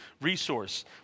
resource